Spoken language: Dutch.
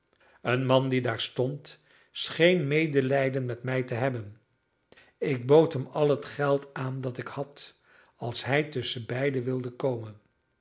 een man die daar stond scheen medelijden met mij te hebben ik bood hem al het geld aan dat ik had als hij tusschen beide wilde komen